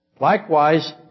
Likewise